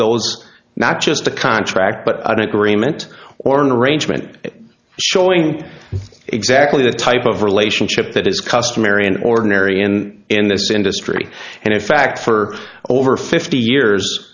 those not just a contract but i don't agree ment or an arrangement showing exactly the type of relationship that is customary in ordinary and in this industry and in fact for over fifty years